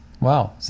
Wow